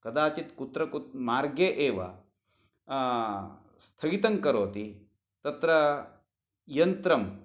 कदाचित् कुत्र मार्गे एव स्थगितं करोति तत्र यन्त्रम्